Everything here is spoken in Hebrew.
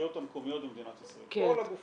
הרשויות המקומיות במדינת ישראל, כל הגופים.